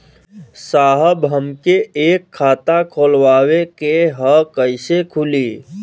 साहब हमके एक खाता खोलवावे के ह कईसे खुली?